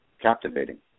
captivating